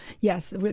yes